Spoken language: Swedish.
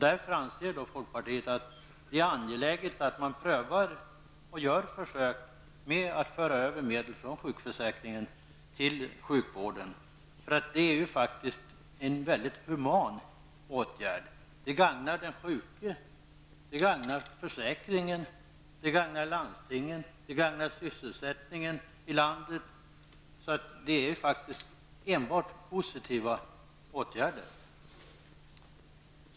Därför anser folkpartiet att det är angeläget att man prövar och gör försök med att föra över medel från sjukförsäkringen till sjukvården. Det är en mycket human åtgärd. Det gagnar den sjuke, försäkringen, landstingen och sysselsättningen i landet. Det är åtgärder som enbart är positiva.